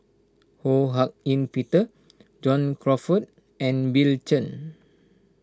Ho Hak Ean Peter John Crawfurd and Bill Chen